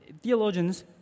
theologians